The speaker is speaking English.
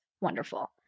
wonderful